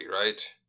right